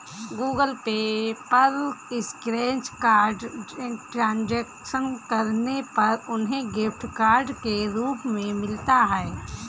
Google Pay पर scratch card transaction करने पर उन्हें गिफ्ट कार्ड के रूप में मिलता है